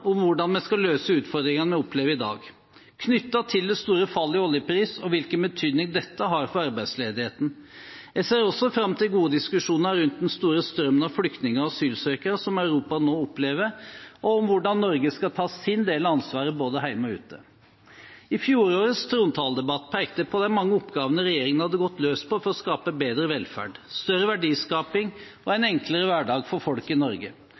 om hvordan vi skal løse utfordringene vi opplever i dag knyttet til det store fallet i oljepris, og hvilken betydning dette har for arbeidsledigheten. Jeg ser også fram til gode diskusjoner rundt den store strømmen av flyktninger og asylsøkere som Europa nå opplever, og om hvordan Norge skal ta sin del av ansvaret både hjemme og ute. I fjorårets trontaledebatt pekte jeg på de mange oppgavene regjeringen hadde gått løs på for å skape bedre velferd, større verdiskaping og en enklere hverdag for folk i Norge.